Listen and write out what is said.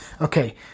Okay